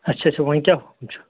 اچھا اچھا وۄنۍ کیٛاہ چھُ